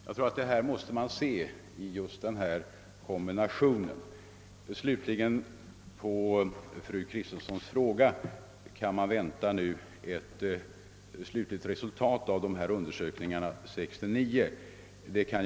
Jag tror att man måste se frågan i just den här kombinationen. Fru Kristensson frågade också om man kan vänta ett slutligt resultat av de här undersökningarna år 1969.